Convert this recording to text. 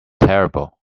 terrible